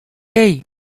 hey